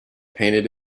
painted